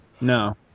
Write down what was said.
No